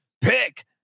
Pick